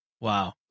Wow